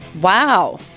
Wow